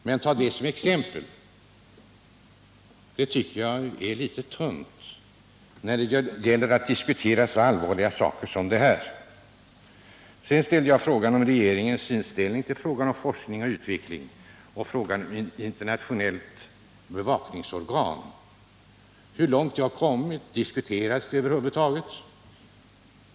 Men jag tycker att detta exempel är litet tunt när det gäller att diskutera så allvarliga saker som det nu är fråga om. Jag ställde en fråga om regeringens inställning till forskning och utveckling och till ett internationellt bevakningsorgan. Hur långt har planerna på ett sådant organ kommit? Diskuteras det över huvud taget?